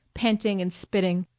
panting and spitting,